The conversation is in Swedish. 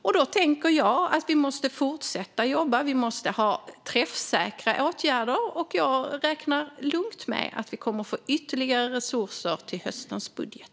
Därför tänker jag att vi måste fortsätta jobba och ha träffsäkra åtgärder. Jag räknar lugnt med att det blir mer resurser i höstens budget.